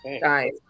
guys